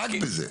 רק בזה.